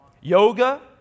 Yoga